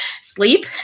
sleep